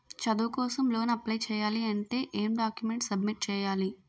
చదువు కోసం loan apply చేయాలి అంటే ఎం డాక్యుమెంట్స్ సబ్మిట్ చేయాలి?